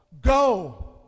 go